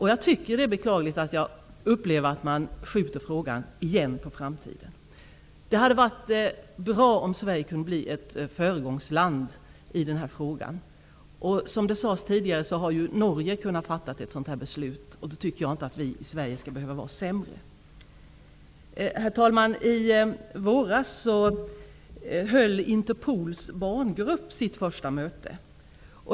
Jag tycker att det är beklagligt att frågan skjuts på framtiden igen. Det skulle vara bra om Sverige kunde bli ett föregångsland i frågan. Norge har ju fattat ett sådant beslut, och då tycker jag att vi i Sverige inte skall vara sämre. Herr talman! I våras höll Interpols barngrupp sitt första möte.